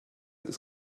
ist